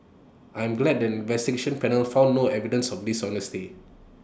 I am glad that investigation panel found no evidence of dishonesty